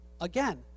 again